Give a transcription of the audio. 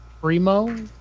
Primo